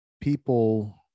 people